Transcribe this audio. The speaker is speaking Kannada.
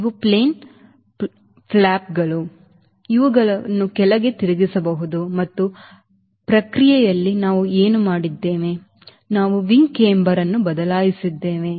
ಇವು ಪ್ಲೇನ್ ಫ್ಲಾಪ್ಗಳು ಇವುಗಳನ್ನು ಕೆಳಕ್ಕೆ ತಿರುಗಿಸಬಹುದು ಮತ್ತು ಪ್ರಕ್ರಿಯೆಯಲ್ಲಿ ನಾವು ಏನು ಮಾಡಿದ್ದೇವೆ ನಾವು wing camber ಅನ್ನು ಬದಲಾಯಿಸಿದ್ದೇವೆ